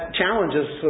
challenges